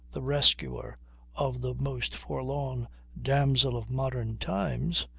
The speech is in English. the rescuer of the most forlorn damsel of modern times,